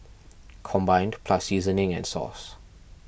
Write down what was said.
combined plus seasoning and sauce